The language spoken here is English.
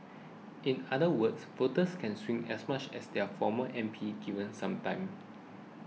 in other words voters can swing as much as their former M P given some time